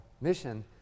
mission